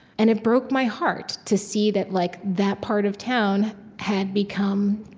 and it broke my heart to see that like that part of town had become,